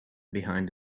behind